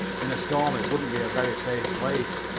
in a storm it wouldn't be a very safe place.